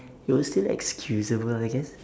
it was still excusable I guess